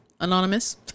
anonymous